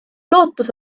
lootus